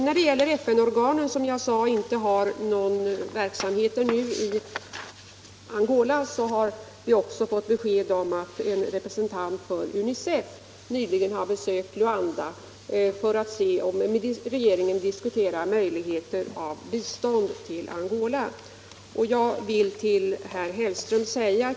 När det gäller FN-organen, som ännu inte har någon verksamhet i Om Sveriges medlemskap i Världsbanken Angola, har vi fått besked om att en representant för UNICEF nyligen besökt Luanda för att med regeringen diskutera möjligheterna till bistånd.